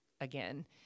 again